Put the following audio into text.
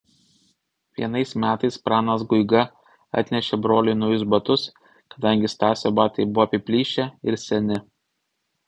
vienais metais pranas guiga atnešė broliui naujus batus kadangi stasio batai buvo apiplyšę ir seni